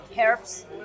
herbs